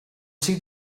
see